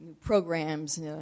programs